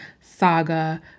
saga